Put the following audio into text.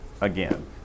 again